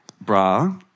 bra